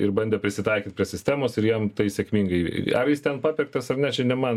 ir bandė prisitaikyt prie sistemos ir jam tai sėkmingai ar jis ten papirktas ar ne čia ne man